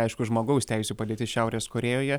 aišku žmogaus teisių padėtis šiaurės korėjoje